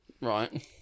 Right